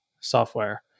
software